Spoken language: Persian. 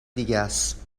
دیگهس